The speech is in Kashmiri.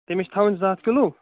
تٔمِس چھِ تھوٕنۍ زٕ ہتھ کِلوٗ